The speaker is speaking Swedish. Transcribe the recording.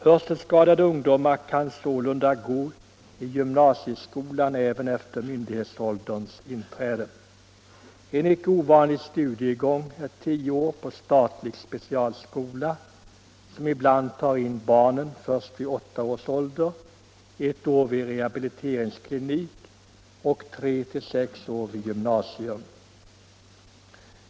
Hörselskadade ungdomar kan sålunda gå i gymnasieskolan även efter myndighetsålderns inträde. En icke ovanlig studiegång är tio år på statlig specialskola, som ibland tar in barn först vid åtta års ålder, ett år vid rehabiliteringsklinik och tre till sex års gymnasium.